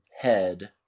head